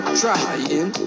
trying